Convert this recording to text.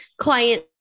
client